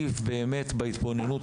ד"ר דנינו,